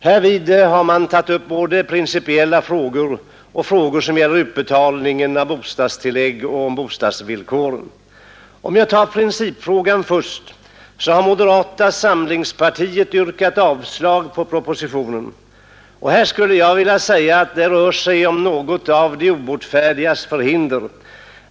Härvid har man diskuterat både principiella frågor och frågor som gäller utbetalningen av bostadstillägg och bostadsvillkoren. Jag ber att få säga några ord om principfrågan först. Moderata samlingspartiet har yrkat avslag på propositionen. Jag skulle vilja säga att det här rör sig om något av de obotfärdigas förhinder.